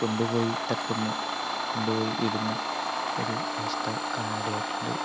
കൊണ്ട് പോയി തട്ടുന്ന കൊണ്ട് പോയി ഇടുന്ന ഒരു അവസ്ഥ കാണാനിടയായിട്ടുണ്ട്